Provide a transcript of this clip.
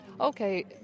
Okay